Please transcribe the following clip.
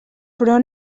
però